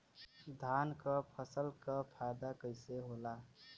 धान क फसल क फायदा कईसे होला?